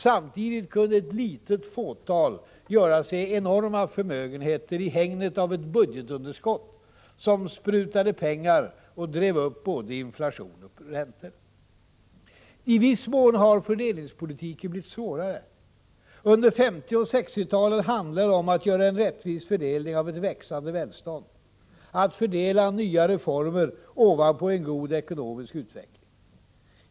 Samtidigt kunde ett litet fåtal göra sig enorma förmögenheter i hägnet av ett budgetunderskott som sprutade pengar och drev upp både inflation och räntor. I viss mån har fördelningspolitiken blivit svårare. Under 1950 och 1960-talen handlade det om att göra en rättvis fördelning av ett växande välstånd — att fördela nya reformer ovanpå en god ekonomisk utveckling.